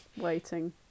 waiting